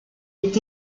est